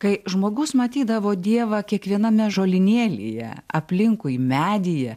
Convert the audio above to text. kai žmogus matydavo dievą kiekviename žolinėlyje aplinkui medyje